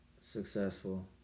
Successful